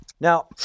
Now